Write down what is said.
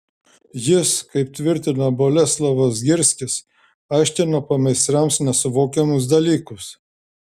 jis kaip tvirtino boleslovas zgirskis aiškino pameistriams nesuvokiamus dalykus